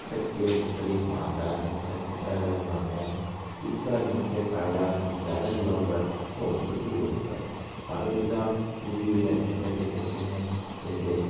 سب کے مختلف معاملات ہیں سب کے الگ الگ معاملات ہیں جن کا جن سے فائدہ زیادہ جڑا ہوا ہے وہ ان کے لیے وہ بہتر قانونی نظام یوں بھی بہتر کہہ سکتے ہیں ویسے